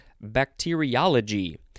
bacteriology